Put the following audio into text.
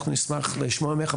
אנחנו נשמח לשמוע ממך,